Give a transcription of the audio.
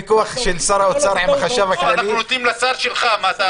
אנחנו בצד שלך, מה אתה...